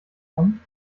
kann